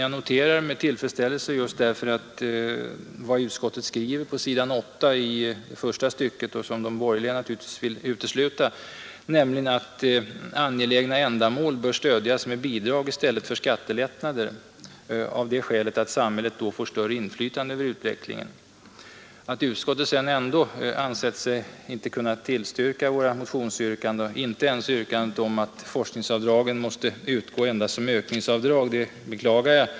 Jag noterar därför med tillfredsställelse vad utskottet skriver på s. 8 i första stycket, som de borgerliga naturligtvis vill utesluta, nämligen att angelägna ändamål bör stödjas med bidrag i stället för med skattelättnader av det skälet att samhället då får större inflytande över utvecklingen. Att utskottet sedan ändå inte ansett sig kunna tillstyrka våra motionsyrkanden, inte ens yrkandet om att forskningsavdragen måtte utgå endast som ökningsavdrag, beklagar jag.